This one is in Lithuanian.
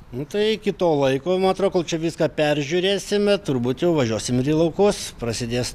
nu tai iki to laiko man atrodo kol čia viską peržiūrėsime turbūt jau važiuosim ir į laukus prasidės